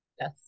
Yes